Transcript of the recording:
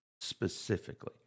specifically